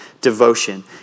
devotion